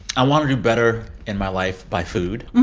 i want to do better in my life by food.